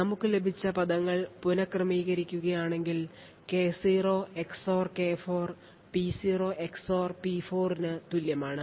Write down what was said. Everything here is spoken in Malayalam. നമുക്ക് ലഭിച്ച പദങ്ങൾ പുനക്രമീകരിക്കുകയാണെങ്കിൽ K0 XOR K4 P0 XOR P4 ന് തുല്യമാണ്